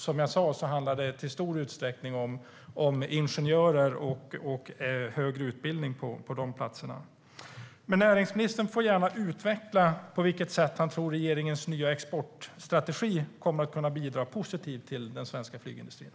Som jag sa handlar det i stor utsträckning om ingenjörer och personer med högre utbildning på de platserna. Näringsministern får gärna utveckla på vilket sätt han tror att regeringens nya exportstrategi kommer att kunna bidra positivt till den svenska flygindustrin.